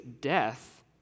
death